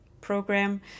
program